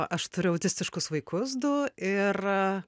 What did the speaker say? aš turiu autistiškus vaikus du ir